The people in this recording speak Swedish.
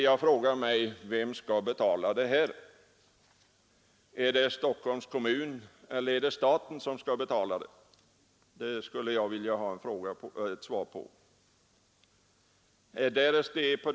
Jag frågar mig: Vem skall betala — Stockholms kommun eller staten? Den frågan skulle jag vilja ha ett svar på.